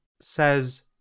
says